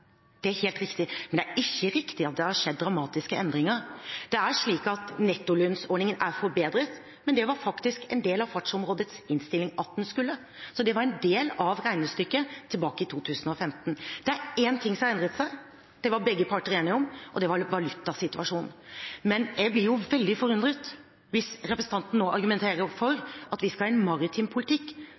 Det er helt riktig, men det er ikke riktig at det har skjedd dramatiske endringer. Det er slik at nettolønnsordningen er forbedret, men det var det faktisk en del av Fartsområdeutvalgets innstilling at den skulle, så det var en del av regnestykket tilbake i 2015. Det er én ting som har endret seg, det var begge parter enige om, og det er valutasituasjonen. Men jeg blir jo veldig forundret hvis representanten nå argumenterer for at vi skal ha en maritim politikk